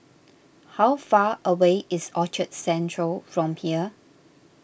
how far away is Orchard Central from here